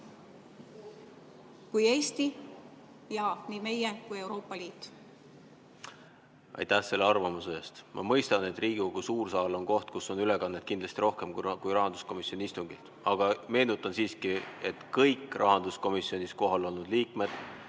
kui Eesti ja nii meie kui Euroopa Liit. Aitäh selle arvamuse eest! Ma mõistan, et Riigikogu suur saal on koht, kust on ülekannet kindlasti rohkem kui rahanduskomisjoni istungilt, aga meenutan siiski, et kõik rahanduskomisjonis kohal olnud liikmed